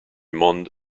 monde